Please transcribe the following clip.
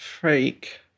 freak